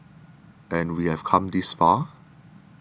and we have come this far